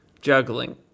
juggling